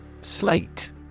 Slate